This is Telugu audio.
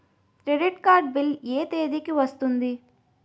క్రెడిట్ కార్డ్ బిల్ ఎ తేదీ కి వస్తుంది?